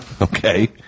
Okay